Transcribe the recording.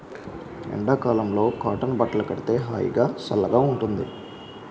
ఎండ కాలంలో కాటన్ బట్టలు కడితే హాయిగా, సల్లగా ఉంటుంది